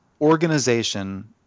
organization